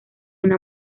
una